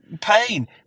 pain